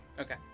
Okay